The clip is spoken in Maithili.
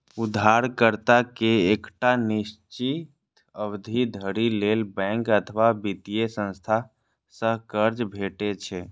उधारकर्ता कें एकटा निश्चित अवधि धरि लेल बैंक अथवा वित्तीय संस्था सं कर्ज भेटै छै